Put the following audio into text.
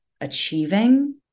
achieving